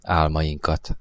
álmainkat